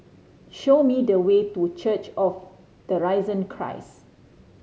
show me the way to Church of the Risen Christ